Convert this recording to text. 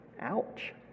Ouch